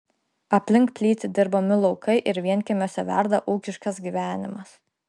aplink plyti dirbami laukai ir vienkiemiuose verda ūkiškas gyvenimas